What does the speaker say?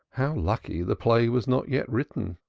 how lucky the play was not yet written!